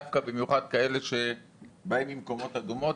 דווקא במיוחד כאלה שבאים ממקומות אדומים,